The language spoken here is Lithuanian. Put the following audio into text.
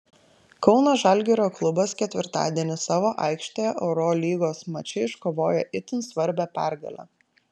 kauno žalgirio klubas ketvirtadienį savo aikštėje eurolygos mače iškovojo itin svarbią pergalę